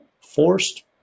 forced